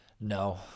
No